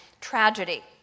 tragedy